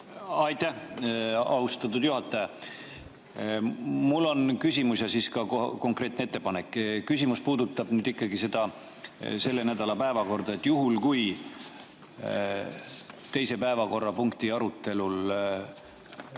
Aitäh, austatud juhataja! Mul on küsimus ja siis ka konkreetne ettepanek. Küsimus puudutab ikka selle nädala päevakorda. Juhul kui teise päevakorrapunkti arutelul